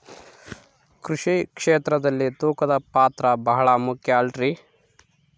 ಕೃಷಿ ಕ್ಷೇತ್ರದಲ್ಲಿ ತೂಕದ ಪಾತ್ರ ಬಹಳ ಮುಖ್ಯ ಅಲ್ರಿ?